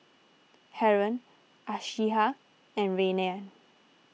Haron Aishah and Rayyan